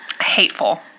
hateful